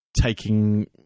taking